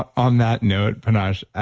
on that note, panache,